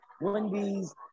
wendy's